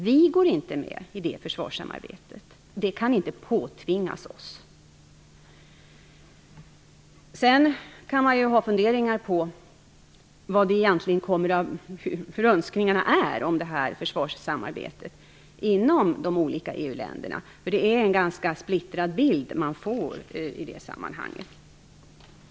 Vi går inte med i det försvarssamarbetet, och det kan inte påtvingas oss. Man kan i de olika EU-länderna ha funderingar kring önskningarna när det gäller det här försvarssamarbetet. Det är ju en ganska splittrad bild man får i det sammanhanget.